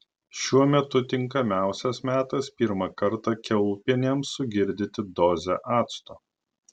šiuo metu tinkamiausias metas pirmą kartą kiaulpienėms sugirdyti dozę acto